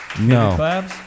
No